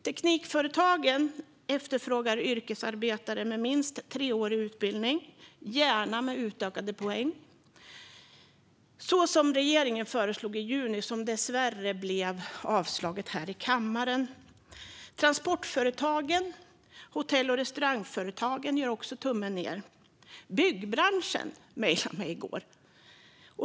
Teknikföretagen efterfrågar yrkesarbetare med minst treårig utbildning, gärna med utökade poäng, så som regeringen föreslog i juni; dessvärre blev förslaget nedröstat här i kammaren. Transportföretagen och hotell och restaurangföretagen gör också tummen ned. Byggbranschen mejlade mig i går.